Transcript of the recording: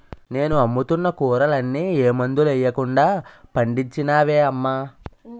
నేను అమ్ముతున్న కూరలన్నీ ఏ మందులెయ్యకుండా పండించినవే అమ్మా